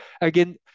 Again